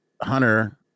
Hunter